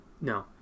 no